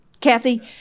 Kathy